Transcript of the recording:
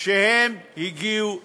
שהם הגיעו אליו.